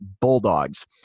Bulldogs